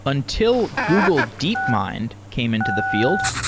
until google deepmind came into the field,